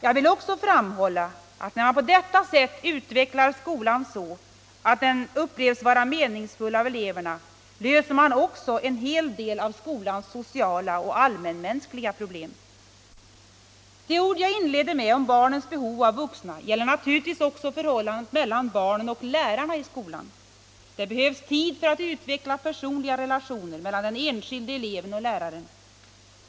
Jag vill också framhålla att när man på detta sätt utvecklar skolan så att den upplevs vara meningsfull av eleverna löser man en hel del av skolans sociala och allmänmänskliga problem. De ord jag inledde med om barnens behov av vuxna för att känna trygghet gäller naturligtvis också förhållandena mellan barnen och lärarna i skolan. Det behövs tid för att utveckla personliga relationer mellan den enskilde eleven och läraren.